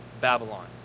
Babylon